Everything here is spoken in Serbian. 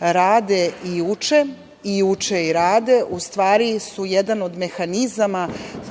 rade i uče, i uče i rade, u stvari su jedan od mehanizama